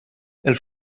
els